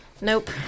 Nope